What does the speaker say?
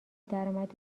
درآمد